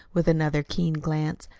with another keen glance.